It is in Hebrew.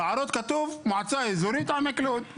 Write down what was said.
בהערות כתוב מועצה אזורית עמק לוד.